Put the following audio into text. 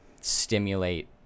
stimulate